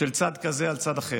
של צד כזה על צד אחר,